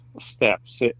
steps